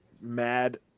mad